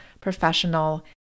professional